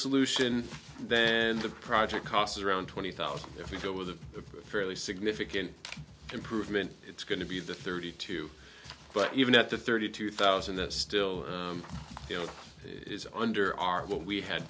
solution then the project costs around twenty thousand if we go with a fairly significant improvement it's going to be the thirty two but even at the thirty two thousand that still is under our what we had